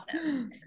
Awesome